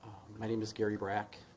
i mean and scary brack